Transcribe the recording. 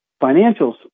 Financials